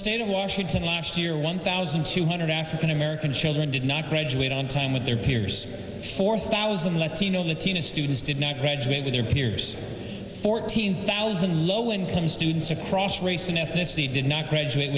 state of washington last year one thousand two hundred african american children did not graduate on time with their peers four thousand latino in the teenage students did not graduate with their peers fourteen thousand low income students across race and ethnicity did not graduate